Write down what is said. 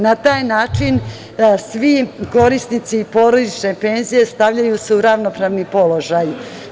Na taj način svi korisnici porodične penzije stavljaju se u ravnopravan položaj.